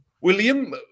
William